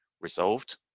resolved